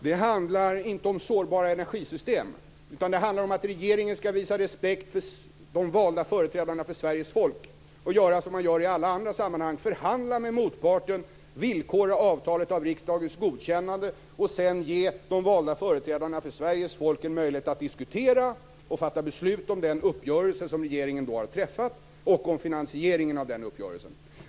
Det handlar inte om sårbara energisystem, utan det handlar om att regeringen skall visa respekt för de valda företrädarna för Sveriges folk och göra som man gör i alla andra sammanhang: Förhandla med motparten, villkora avtalet av riksdagens godkännande och ge sedan de valda företrädarna för Sveriges folk en möjlighet att diskutera och fatta beslut om den uppgörelse som regeringen har träffat och om finansieringen av den uppgörelsen.